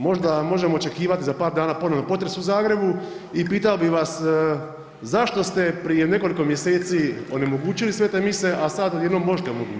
Možda možemo očekivati za par dana ponovo potres u Zagrebu i pitao bi vas, zašto ste prije nekoliko mjeseci onemogućili sve te mise, a sada odjednom možete omogućiti?